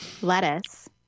lettuce